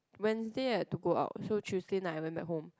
Wednesday I have to go out so Tuesday night I went back home